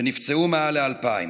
ונפצעו מעל ל-2,000.